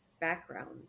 background